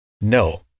No